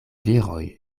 viroj